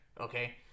Okay